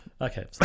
Okay